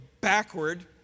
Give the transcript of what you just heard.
backward